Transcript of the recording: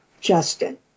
Justin